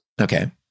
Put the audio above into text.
Okay